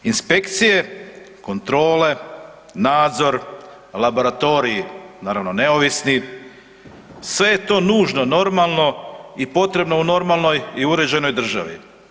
Inspekcije, kontrole, nadzor, laboratoriji, naravno, neovisni, sve je to nužno, normalno i potrebno u normalnoj i uređenoj državi.